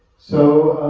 so